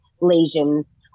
lesions